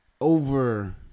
Over